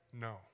No